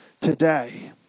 today